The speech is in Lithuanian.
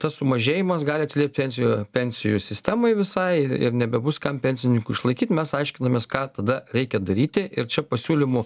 tas sumažėjimas gali atsiliept pensijų pensijų sistemai visai ir nebebus kam pensininkų išlaikyt mes aiškinamės ką tada reikia daryti ir čia pasiūlymų